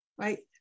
right